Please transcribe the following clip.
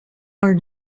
are